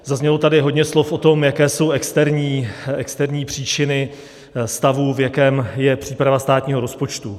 Zaznělo tady hodně slov o tom, jaké jsou externí příčiny stavu, v jakém je příprava státního rozpočtu.